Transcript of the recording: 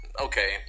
Okay